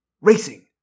racing